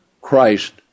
Christ